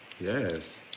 Yes